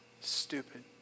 stupid